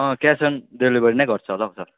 अँ cash on delivery नै गर्छु होला हौ सर